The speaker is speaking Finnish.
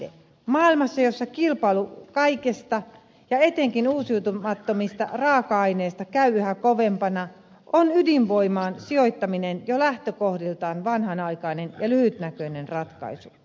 maailmassa jossa kilpailu kaikesta ja etenkin uusiutumattomista raaka aineista käy yhä kovempana on ydinvoimaan sijoittaminen jo lähtökohdiltaan vanhanaikainen ja lyhytnäköinen ratkaisu